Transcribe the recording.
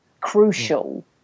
crucial